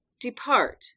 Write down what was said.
Depart